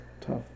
tough